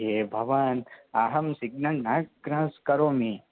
ये भवान् अहं सिग्नल् न क्रास् करोमि